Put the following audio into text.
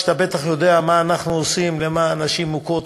שאתה בטח יודע מה אנחנו עושים ומה נשים מוכות,